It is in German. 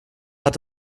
hat